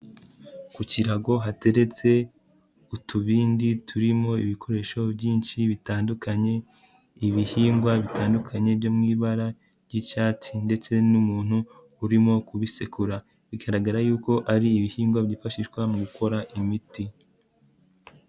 Ku kirago hateretse utubindi turimo ibikoresho byinshi bitandukanye, ibihingwa bitandukanye byo mu ibara ry'icyatsi ndetse n'umuntu urimo kubisekura, bigaragara yuko ari ibihingwa byifashishwa mu gukora imiti.